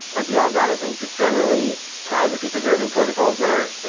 and beyond that, i think just generally privacy preserving protocol that are,